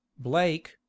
blake